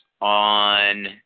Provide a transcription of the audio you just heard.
on